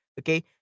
Okay